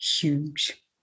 huge